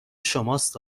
شماست